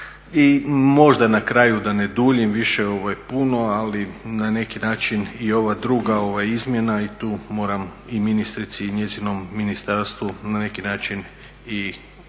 I možda na kraju da ne duljim više, ovo je puno ali na neki način i ova druga izmjena i tu moram i ministrici i njezinom ministarstvu na neki način i kritiku